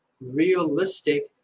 realistic